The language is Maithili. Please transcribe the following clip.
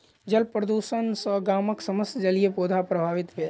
जल प्रदुषण सॅ गामक समस्त जलीय पौधा प्रभावित भेल